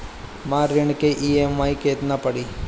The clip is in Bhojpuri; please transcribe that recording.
हमर ऋण के ई.एम.आई केतना पड़ी?